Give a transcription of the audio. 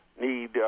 need